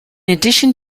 addition